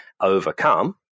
overcome